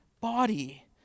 body